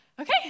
okay